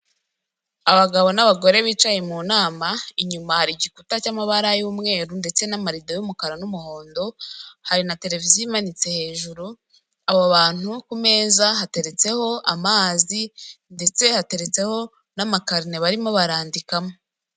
Abagabo n'abagore bicaye mu nama, inyuma hari igikuta cy'amabara y'umweru ndetse n'amarido y'umukara n'umuhondo, hari na televiziyo imanitse hejuru, abo bantu ku meza hateretseho amazi ndetse hateretseho n'amakarine barimo barandikamo.